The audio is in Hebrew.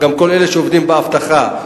כל אלה שעובדים באבטחה,